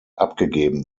abgegeben